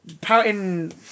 pouting